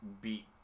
beat